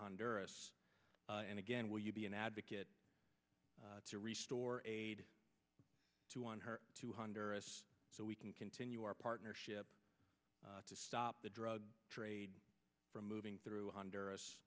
honduras and again will you be an advocate to restore aid to on her to honduras so we can continue our partnership to stop the drug trade from moving through honduras